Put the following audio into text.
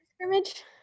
scrimmage